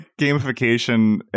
gamification